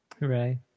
Hooray